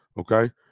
okay